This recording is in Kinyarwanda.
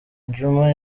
juma